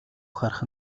харах